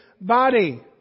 body